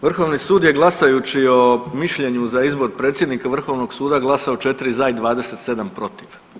Vrhovni sud je glasajući o mišljenju za izbor predsjednika Vrhovnog suda glasao 4 za i 27 protiv.